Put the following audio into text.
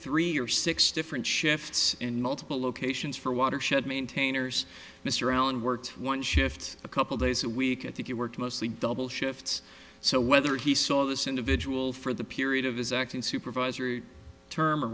three or six different shifts in multiple locations for watershed maintainers mr allen works one shift a couple days a week at the he worked mostly double shifts so whether he saw this individual for the period of his acting supervisory term or